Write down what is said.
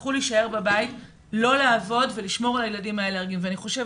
יצטרכו להישאר בבית ולשמור על הילדים האלרגיים ולא לעבוד.